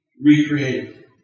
recreated